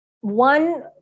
one